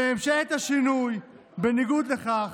בניגוד לכך,